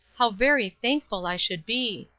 how very thankful i should be!